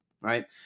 right